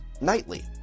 nightly